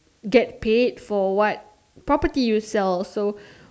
get paid for what property you sell so